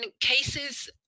cases